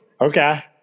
Okay